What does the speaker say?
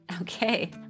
Okay